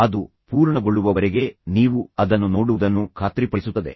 ಅದು ಪೂರ್ಣಗೊಳ್ಳುವವರೆಗೆ ನೀವು ಅದನ್ನು ನೋಡುವುದನ್ನು ಖಾತ್ರಿಪಡಿಸುತ್ತದೆ